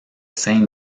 saint